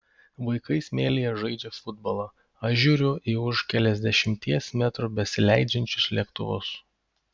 vaikai smėlyje žaidžia futbolą aš žiūriu į už keliasdešimties metrų besileidžiančius lėktuvus